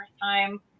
time